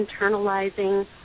internalizing